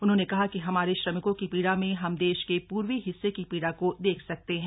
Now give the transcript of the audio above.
उन्होंने कहा कि हमारे श्रमिकों की पीड़ा में हम देश के पूर्वी हिस्से की पीड़ा को देख सकते हैं